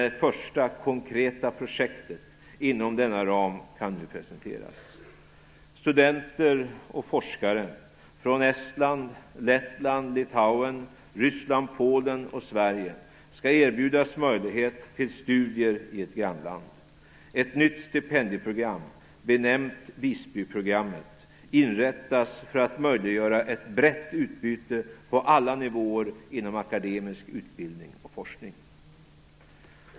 Det första konkreta projektet inom denna ram kan nu presenteras, Studenter och forskare från Estland, Lettland, Litauen, Ryssland, Polen och Sverige skall erbjudas möjlighet till studier i ett grannland. Ett nytt stipendieprogram, benämnt Visbyprogrammet, inrättas för att möjliggöra ett brett utbyte på alla nivåer inom akademisk utbildning och forskning.